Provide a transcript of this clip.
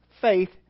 faith